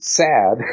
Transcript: sad